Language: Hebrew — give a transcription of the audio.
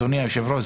אדוני היושב-ראש,